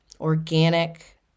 organic